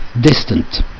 distant